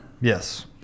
yes